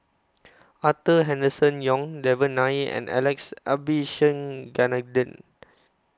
Arthur Henderson Young Devan Nair and Alex Abisheganaden